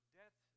death